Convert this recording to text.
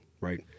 right